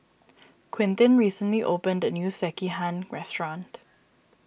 Quintin recently opened a new Sekihan restaurant